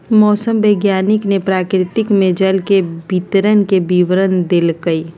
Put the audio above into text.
मौसम वैज्ञानिक ने प्रकृति में जल के वितरण के विवरण देल कई